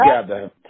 together